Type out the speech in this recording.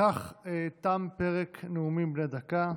בכך תם פרק נאומים בני דקה.